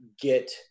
get